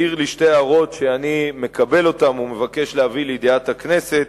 העיר לי שתי הערות שאני מקבל ומבקש להביא אותן לידיעת הכנסת.